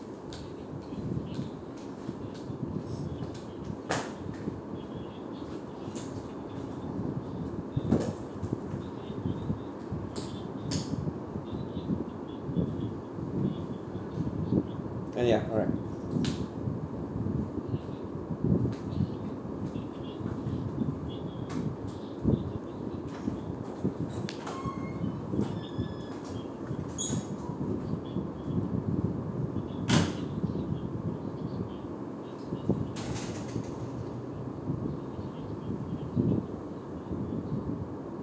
uh ya correct